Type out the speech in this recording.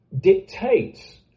dictates